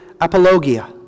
apologia